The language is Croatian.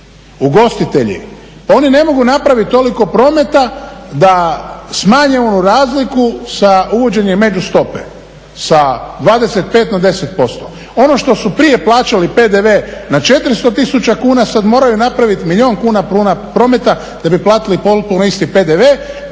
Ugostitelji pa oni ne mogu napraviti toliko prometa da smanje onu razliku sa uvođenjem među stope sa 25 na 10%. Ono što su prije plaćali PDV na 400 tisuća kuna sada moraju napraviti milijun kuna prometa da bi platili potpuno isti PDV